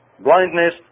Blindness